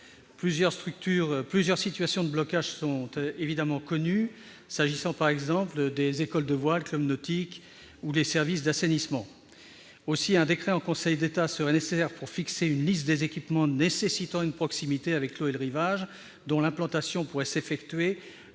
Plusieurs situations de blocage sont connues, s'agissant, par exemple, des écoles de voile, des clubs nautiques ou des services d'assainissement. Aussi, un décret en Conseil d'État serait nécessaire pour fixer une liste des équipements nécessitant une proximité avec l'eau et le rivage, dont l'implantation pourrait s'effectuer